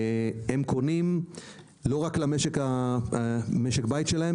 הם קונים לא רק למשק בית שלהם,